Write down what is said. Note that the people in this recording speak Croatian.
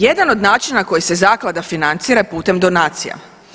Jedan od načina na koji se zaklada financira je putem donacija.